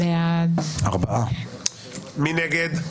מי נגד?